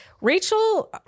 Rachel